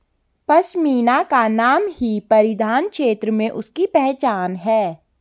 पशमीना का नाम ही परिधान क्षेत्र में उसकी पहचान है